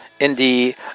indie